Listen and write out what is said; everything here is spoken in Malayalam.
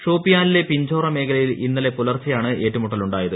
ഷോപ്പിയാനിലെ പിഞ്ചോറ മേഖലയിൽ ഇന്നലെ പുലർച്ചയാണ് ഏറ്റുമുട്ടലുണ്ടായത്